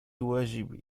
واجبي